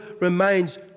remains